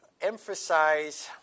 emphasize